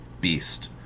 beast